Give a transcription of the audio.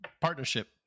partnership